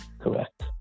Correct